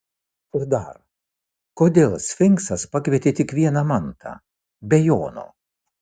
ir dar kodėl sfinksas pakvietė tik vieną mantą be jono